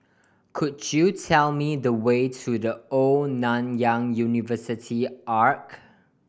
could you tell me the way to The Old Nanyang University Arch